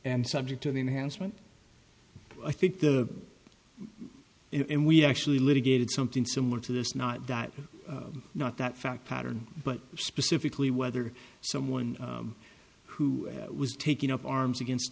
and subject to the enhanced when i think the and we actually litigated something similar to this not not that fact pattern but specifically whether someone who was taking up arms against